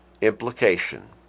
implication